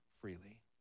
freely